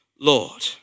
Lord